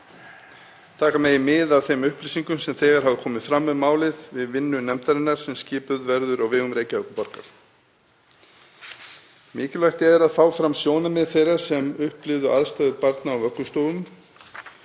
Taka megi mið af þeim upplýsingum sem þegar hafa komið fram um málið við vinnu nefndar sem yrði skipuð á vegum Reykjavíkurborgar. Mikilvægt er að fá fram sjónarmið þeirra sem upplifðu aðstæður barna á vöggustofum